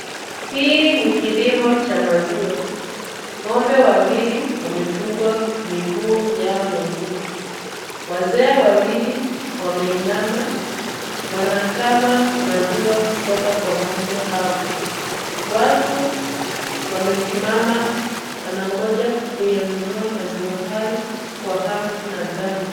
Hii ni kilimo cha maziwa. Ng'ombe wawili wamefungwa miguu yao ya nyuma. Wazee wawili wameinama, wanakama maziwa kutoka kwa ng'ombe hao. Watu wamesimama wanataka kuyanunua maziwa hayo kwa hamu na ghamu.